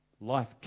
life